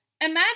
imagine